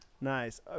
Nice